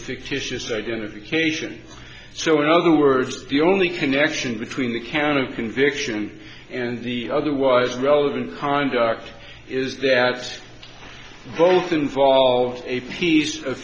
fictitious identification so in other words the only connection between the can of conviction and the otherwise relevant conduct is that both involve a piece of